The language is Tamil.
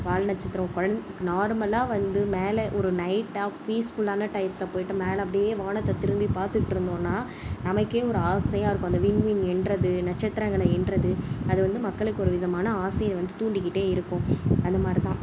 வால்நட்சத்திரம் நார்மலாக வந்து மேலே ஒரு நைட் பீஸ்ஃபுலான டயத்தில் போய்ட்டு மேலே அப்படியே வானத்தை திரும்பி பார்த்துகிட்டு இருந்தோம்னா நமக்கே ஒரு ஆசையாக இருக்கும் அந்த விண்மீன் எண்ணுறது நட்சத்திரங்கள எண்ணுறது அது வந்து மக்களுக்கு ஒரு விதமான ஆசையை வந்து தூண்டிகிட்டு இருக்கும் அந்த மாதிரிதான்